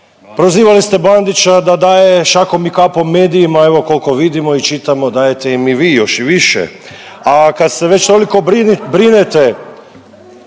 prozivali ste Bandića da daje šakom i kapom medijima, evo kolko vidimo i čitamo dajete im i vi još i više. A kad ste već toliko brinete,